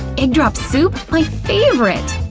egg drop soup, my favorite!